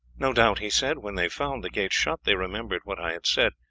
no doubt, he said, when they found the gates shut they remembered what i had said,